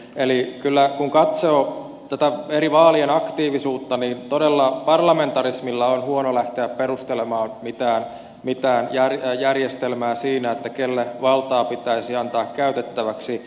eli kyllä kun katsoo tätä eri vaalien aktiivisuutta niin todella parlamentarismilla on huono lähteä perustelemaan mitään järjestelmää siinä kelle valtaa pitäisi antaa käytettäväksi